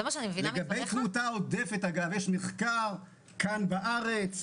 לגבי תמותה עודפת יש מחקר כאן בארץ,